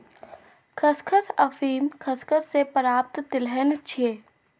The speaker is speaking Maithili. खसखस अफीम खसखस सं प्राप्त तिलहन छियै